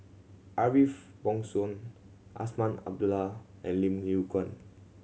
Ariff Bongso Azman Abdullah and Lim Yew Kuan